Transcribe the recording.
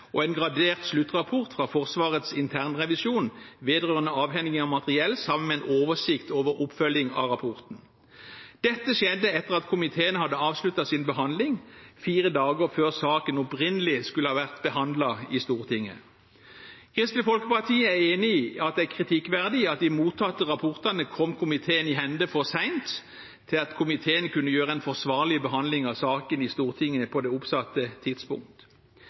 og en gradert sluttrapport fra Forsvarets internrevisjon vedrørende avhending av materiell, sammen med en oversikt over oppfølging av rapporten. Dette skjedde etter at komiteen hadde avsluttet sin behandling, fire dager før saken opprinnelig skulle vært behandlet i Stortinget. Kristelig Folkeparti er enig i at det er kritikkverdig at de mottatte rapportene kom komiteen i hende for sent til at komiteen kunne ha en forsvarlig behandling av saken i Stortinget på det oppsatte tidspunkt.